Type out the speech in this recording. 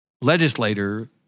legislator